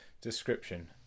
Description